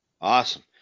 Awesome